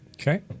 Okay